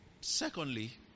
Secondly